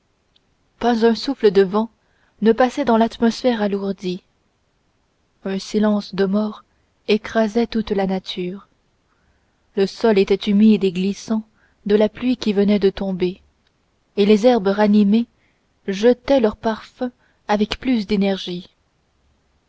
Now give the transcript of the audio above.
pas un souffle de vent ne passait dans l'atmosphère alourdie un silence de mort écrasait toute la nature le sol était humide et glissant de la pluie qui venait de tomber et les herbes ranimées jetaient leur parfum avec plus d'énergie